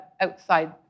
outside